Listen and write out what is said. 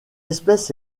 espèce